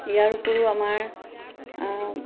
ইয়াৰ উপৰিও আমাৰ